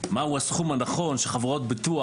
אבל יעשו כל מאמץ בתיאום עם שרת החינוך